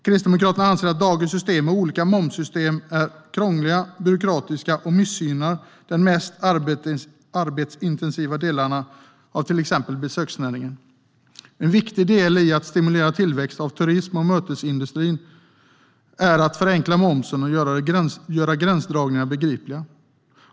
Kristdemokraterna anser att dagens system med olika momssatser är krångligt, byråkratiskt och missgynnar de mest arbetsintensiva delarna av till exempel besöksnäringen. En viktig del i att stimulera tillväxt av turism och mötesindustri är att förenkla momsen och göra gränsdragningarna begripliga.